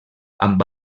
amb